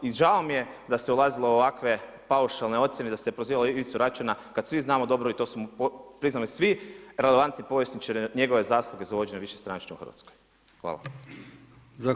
I žao mi je da se ulazilo u ovakve paušalne ocjene i da se prozivalo Ivicu Račana, kad svi znamo dobro i to su mu priznali svi relevantni povjesničari njegove zasluge za uvođenje višestranačja u Hrvatskoj.